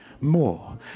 more